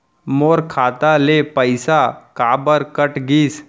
मोर खाता ले पइसा काबर कट गिस?